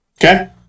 Okay